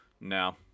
No